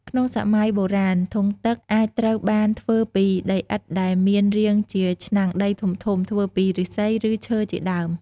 ក្នុងសម័យបុរាណ ធុងទឹកអាចត្រូវបានធ្វើពី ដីឥដ្ឋដែមានរាងជាឆ្នាំងដីធំៗ ធ្វើពីឫស្សី ឬ ឈើជាដើម។